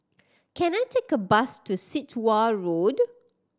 can I take a bus to Sit Wah Road